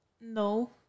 No